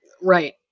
Right